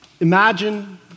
Imagine